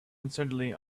uncertainly